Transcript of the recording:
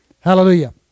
Hallelujah